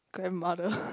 grandmother